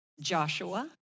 Joshua